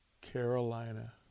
Carolina